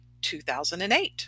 2008